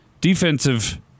defensive